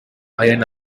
iran